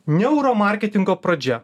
neuromarketingo pradžia